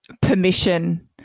permission